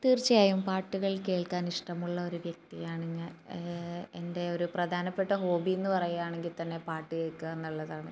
തീർച്ചയായും പാട്ടുകൾ കേൾക്കാൻ ഇഷ്ടമുള്ള ഒരു വ്യക്തിയാണ് ഞാൻ എൻ്റെ ഒരു പ്രധാനപ്പെട്ട ഹോബി എന്ന് പറയാണെങ്കിൽ തന്നെ പാട്ട് കേൾക്കുക എന്നുള്ളതാണ്